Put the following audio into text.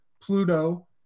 Pluto